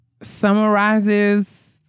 summarizes